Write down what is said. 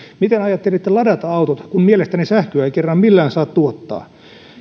miten ajattelitte ladata autot kun mielestänne sähköä ei kerran millään saa tuottaa